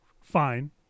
fine